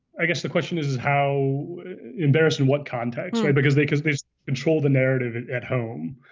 i guess the question is how embarrassing, what context? because they because they control the narrative at home,